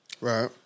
Right